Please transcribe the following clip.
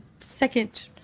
second